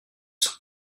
sont